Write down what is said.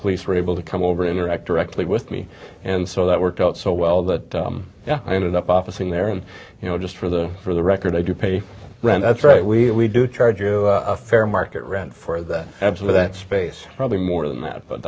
police were able to come over to interact directly with me and so that worked out so well that i ended up office in there and you know just for the for the record i do pay rent that's right we do charge you a fair market rent for that absolute space probably more than that but